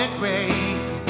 grace